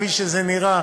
כפי שזה נראה,